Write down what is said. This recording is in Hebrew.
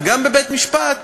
וגם בבית-המשפט